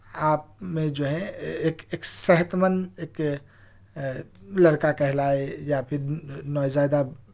آپ میں جو ہے ایک ایک صحت مند ایک لڑکا کہلائے یا پھر نوزائیدہ